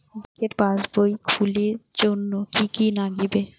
ব্যাঙ্কের পাসবই খুলির জন্যে কি কি নাগিবে?